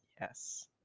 Yes